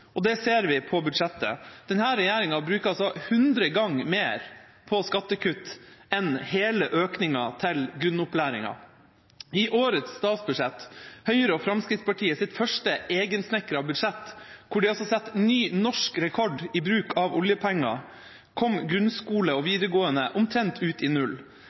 skattekutt. Det ser vi på budsjettet. Denne regjeringa bruker hundre ganger mer på skattekutt enn hele økninga til grunnopplæringa. I årets statsbudsjett – Høyre og Fremskrittspartiets første egensnekrede budsjett, hvor de altså setter ny norsk rekord i bruk av oljepenger – kom grunnskole og videregående skole omtrent ut i null.